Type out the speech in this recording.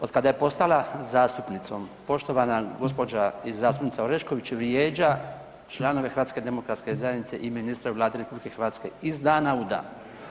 Otkada je postala zastupnicom poštovana gđa. i zastupnica Orešković vrijeđa članove HDZ-a i ministra Vlade RH iz dana u dan.